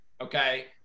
Okay